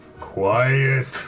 quiet